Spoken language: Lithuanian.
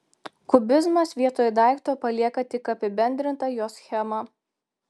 kubizmas vietoj daikto palieka tik apibendrintą jo schemą